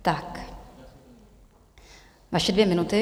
Tak, vaše dvě minuty.